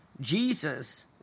Jesus